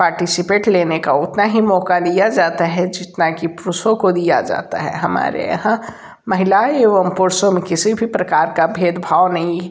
participate लेने का उतना ही मौका दिया जाता है जितना की पुरुषों को दिया जाता है हमारे यहाँ महिलाओं एवं पुरुषों में किसी भी प्रकार का भेद भाव नहीं